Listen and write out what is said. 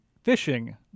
Fishing